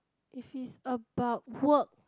if it's about work